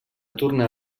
tornar